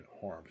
harm